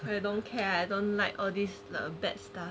I don't care I don't like all these err bad stuff